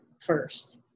first